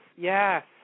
yes